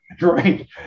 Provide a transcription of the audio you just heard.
Right